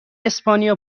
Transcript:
اسپانیا